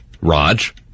Raj